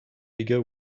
bigger